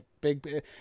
big